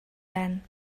tant